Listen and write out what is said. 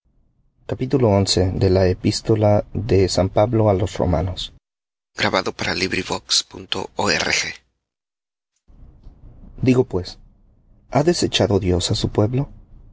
digo pues ha desechado dios á su pueblo